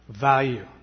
value